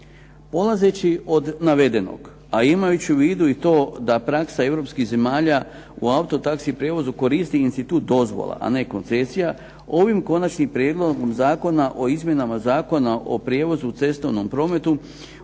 Polazeći od navedenog a imajući u vidu to da praksa Europskih zemalja u auto taxi prijevozu koristi institut dozvola a ne koncesija ovim Konačnim prijedlogom zakona o izmjenama zakona o prijevozu u cestovnom prometu